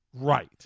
Right